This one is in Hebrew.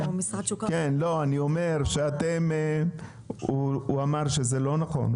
אני אומר שהוא אמר שזה לא נכון,